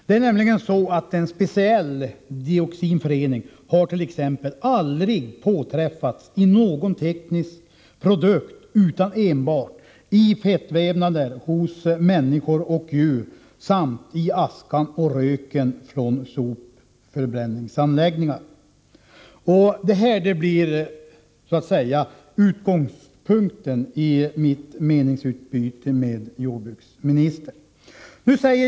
Det är nämligen så att en speciell dioxinförening aldrig har påträffats i någon teknisk produkt, utan enbart i fettvävnader hos människor och djur samt i askan och röken från sopförbränningsanläggningar. Det här blir låt mig säga utgångspunkten för mitt meningsutbyte med jordbruksministern.